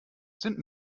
sind